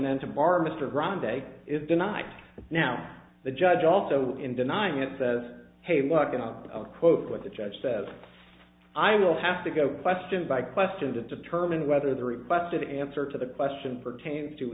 then tomorrow mr rahman day is denied now the judge also in denying it says hey walking out of a quote what the judge says i will have to go question by question to determine whether the requested answer to the question pertains to